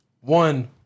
One